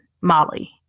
Molly